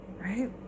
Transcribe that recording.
right